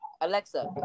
Alexa